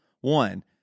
One